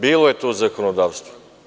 Bilo je to u zakonodavstvu.